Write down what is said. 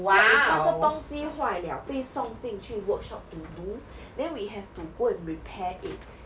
so if 那个东西坏 liao 被送进去 workshop to do then we have to go and repair it